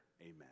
Amen